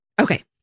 Okay